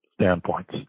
standpoints